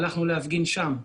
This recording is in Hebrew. הלכנו להפגין שם.